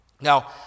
Now